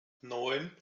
neun